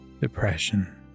depression